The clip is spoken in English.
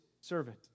servant